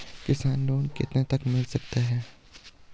किसान लोंन कितने तक मिल सकता है?